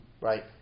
Right